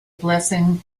blessing